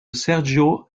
sergio